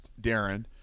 Darren